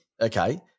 okay –